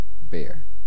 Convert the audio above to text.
bear